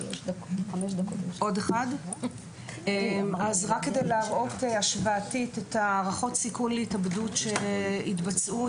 רק כדי להראות השוואתית את ההערכות סיכון להתאבדות שהתבצעו,